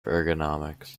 ergonomics